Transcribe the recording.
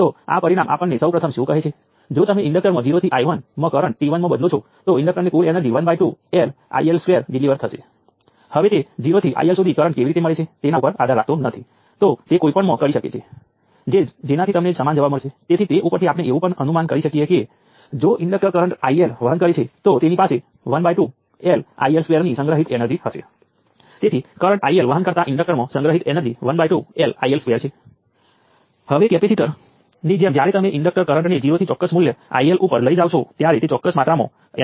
તેથી હવે આપણે 2 B વેરિયેબલ્સ B વોલ્ટેજ અને B કરંટો ઉકેલવા પડશે તેનો અર્થ એ છે કે આપણને 2 B ઈન્ડિપેન્ડેન્ટ સમીકરણોની જરૂર છે